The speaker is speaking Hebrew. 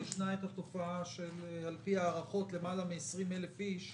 ישנה התופעה של יותר מ-20,000 אנשים,